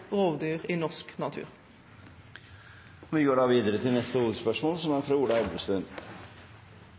rovdyr i norsk natur. Vi går da videre til neste hovedspørsmål.